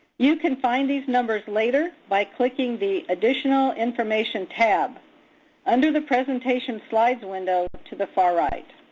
you can find these numbers later by licking the additional information tab under the presentation slides window to the far right.